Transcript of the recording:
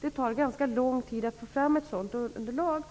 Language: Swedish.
Det tar ganska lång tid att få fram ett sådant underlag.